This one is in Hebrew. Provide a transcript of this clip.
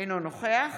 אינו נוכח